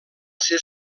ser